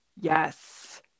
Yes